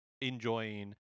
enjoying